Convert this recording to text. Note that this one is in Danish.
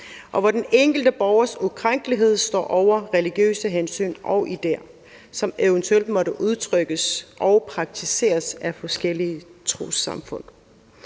og hvor den enkelte borgers ukrænkelighed står over religiøse hensyn og ideer, som eventuelt måtte udtrykkes og praktiseres af forskellige trossamfund.